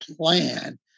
plan